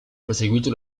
proseguito